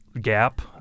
gap